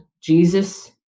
jesus